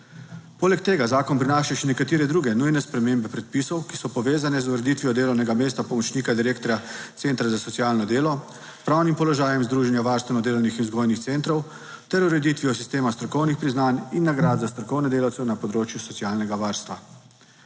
Poleg tega zakon prinaša še nekatere druge nujne spremembe predpisov, ki so povezane z ureditvijo delovnega mesta pomočnika direktorja Centra za socialno delo, pravnim položajem Združenja varstveno delovnih in vzgojnih centrov ter ureditvijo sistema strokovnih priznanj in nagrad za strokovne delavce na področju socialnega varstva.